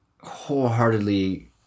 wholeheartedly